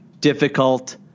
difficult